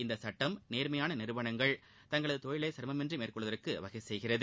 இந்த சட்டம் நேர்மையான நிறுவனங்கள் தங்களது தொழிலை சிரமமின்றி மேற்கொள்வதற்கு வகை செய்கிறது